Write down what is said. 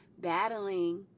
battling